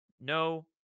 No